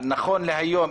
נכון להיום,